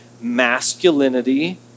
masculinity